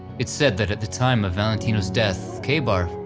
it's said that at the time of valentino's death, kabar,